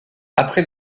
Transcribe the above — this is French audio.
après